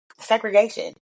segregation